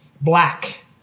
black